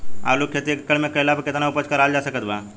आलू के खेती एक एकड़ मे कैला पर केतना उपज कराल जा सकत बा?